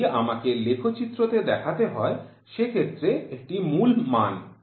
যদি আমাকে লেখচিত্র তে দেখাতে হয় সে ক্ষেত্রে এটি মূল মান